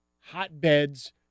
hotbeds